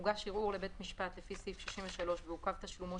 הוגש ערעור לבית משפט לפי סעיף 63 ועוכב תשלומו